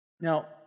Now